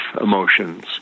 emotions